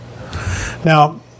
now